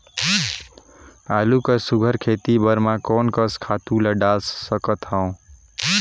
आलू कर सुघ्घर खेती बर मैं कोन कस खातु ला डाल सकत हाव?